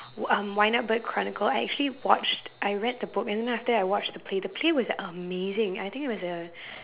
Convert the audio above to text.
um wind up bird chronicle I actually watched I read the book and then after that I watched the play the play was amazing I think it was a